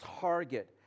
target